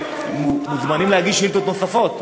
מוזמנים להגיש שאילתות נוספות,